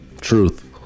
Truth